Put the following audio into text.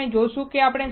તો આપણે શું જોયું છે